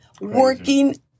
working